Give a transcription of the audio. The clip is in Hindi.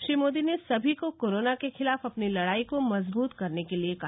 श्री मोदी ने समी को कोरोना के खिलाफ अपनी लडाई को मजबृत करने के लिए कहा